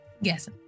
Yes